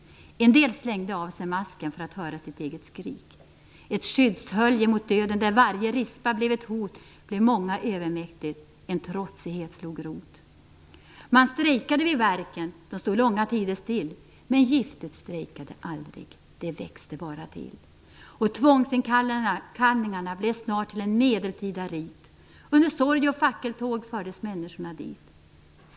En del slängde av sig masken för att höra sitt eget skrik. Ett skyddshölje mot döden där varje rispa blev ett hot, blev många övermäktigt en trotsighet slog rot. Man strejkade vid verken, de stod långa tider still, men giftet strejkade aldrig, det växte bara till. Och tvångsinkallningarna blev snart till en medeltida rit. Under sorg och fackeltåg fördes människorna dit.